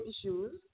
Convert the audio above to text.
issues